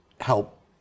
help